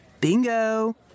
Bingo